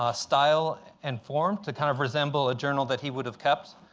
ah style and form to kind of resemble a journal that he would have kept.